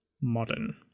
modern